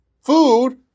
food